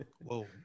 Whoa